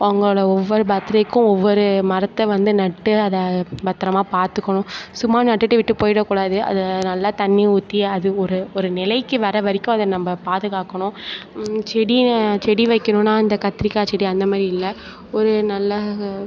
உங்களோட ஒவ்வொரு பர்த்டேவுக்கும் ஒவ்வொரு மரத்தை வந்து நட்டு அதை பத்திரமா பார்த்துக்கணும் சும்மா நட்டுவிட்டு விட்டு போயிடக்கூடாது அதை நல்லா தண்ணிர் ஊற்றி அது ஒரு ஒரு நிலைக்கு வரவரைக்கும் அதை நம்ம பாதுகாக்கணும் செடி செடி வைக்கிறோம்னா அந்த கத்திரிக்காய் செடி அந்தமாதிரி இல்லை ஒரு நல்ல